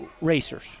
racers